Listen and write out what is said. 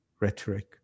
rhetoric